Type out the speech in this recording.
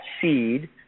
seed